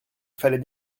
fallait